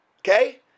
Okay